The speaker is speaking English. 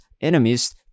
enemies